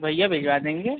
जी भैया भिजवा देंगे